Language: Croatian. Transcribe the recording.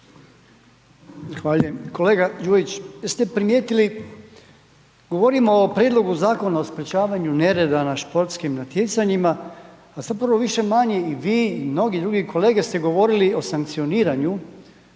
Kolega Đujić, jeste primijetili govorimo o Prijedlogu zakona o sprečavanju nereda na sportskim natjecanjima, a zapravo više-manje i vi i mnogi drugi kolege ste govorili o sankcioniranju,